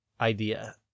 idea